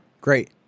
great